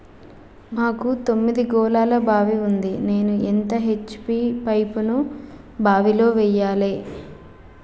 మాకు తొమ్మిది గోళాల బావి ఉంది నేను ఎంత హెచ్.పి పంపును బావిలో వెయ్యాలే?